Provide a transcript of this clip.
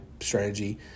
strategy